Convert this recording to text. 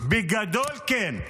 בגדול, כן.